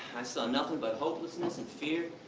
i saw nothing but hopelessness and fear,